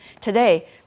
Today